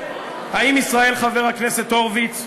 חבר הכנסת הורוביץ,